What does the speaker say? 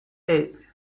eight